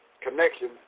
connection